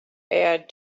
add